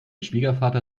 schwiegervater